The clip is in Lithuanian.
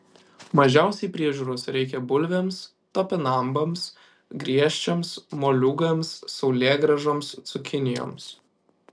mažiausiai priežiūros reikia bulvėms topinambams griežčiams moliūgams saulėgrąžoms cukinijoms